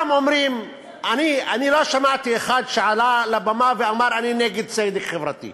ואני לא שמעתי אחד שעלה לבמה ואמר: אני נגד צדק חברתי,